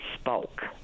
spoke